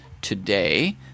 today